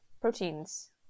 proteins